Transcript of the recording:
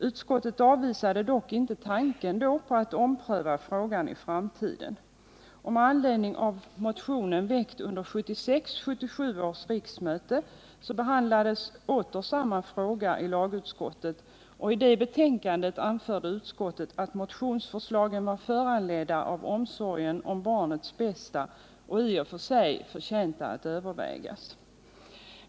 Utskottet avvisade dock inte tanken på att ompröva frågan i framtiden. lades samma fråga åter, och i betänkandet anförde utskottet att motionsförslagen var föranledda av omsorgen om barnens bästa och i och för sig förtjänta att övervägas.